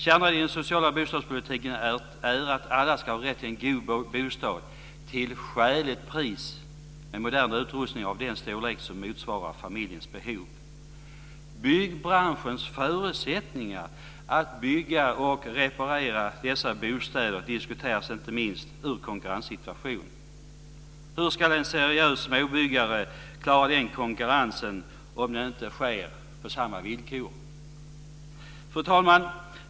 Kärnan i den sociala bostadspolitiken är att alla ska ha rätt till en god bostad till skäligt pris, med modern utrustning och av den storlek som motsvarar familjens behov. Byggbranschens förutsättningar att bygga och reparera dessa bostäder diskuteras inte minst ur konkurrenssituation. Hur ska en seriös småbyggare klara konkurrensen om den inte sker på samma villkor? Fru talman!